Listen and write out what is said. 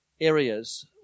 areas